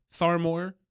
Farmore